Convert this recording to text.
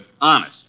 honest